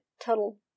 total